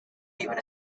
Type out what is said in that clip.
even